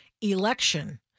election